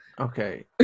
okay